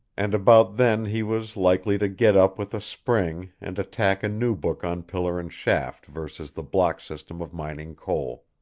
and about then he was likely to get up with a spring and attack a new book on pillar and shaft versus the block system of mining coal.